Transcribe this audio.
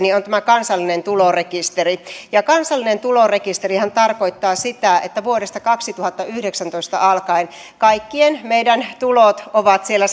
on on tämä kansallinen tulorekisteri kansallinen tulorekisterihän tarkoittaa sitä että vuodesta kaksituhattayhdeksäntoista alkaen kaikkien meidän tulot ovat siellä